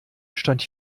stand